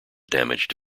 damaged